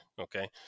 Okay